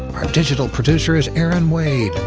our digital producer is erin wade,